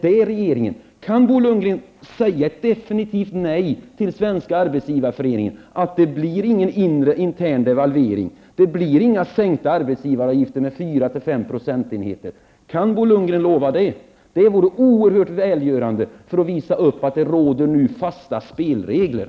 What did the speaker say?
Kan Bo Lundgren säga ett definitivt nej till Svenska arbetsgivareföreningen och tala om att det inte blir någon intern devalvering eller sänkta arbetsgivaravgiften med fyra fem procentenheter? Kan Bo Lundgren lova det? Det vore oerhört välgörande när det gäller att visa att det nu råder fasta spelregler.